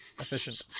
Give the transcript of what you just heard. Efficient